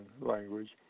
language